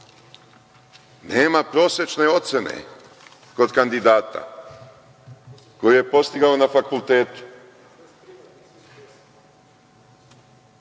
nema prosečne ocene kod kandidata koju je postigao na fakultetu.